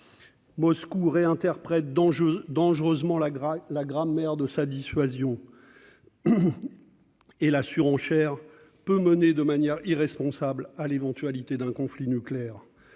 Moscou réinterprète dangereusement sa grammaire de la dissuasion, et la surenchère peut mener de manière irresponsable à un éventuel conflit nucléaire.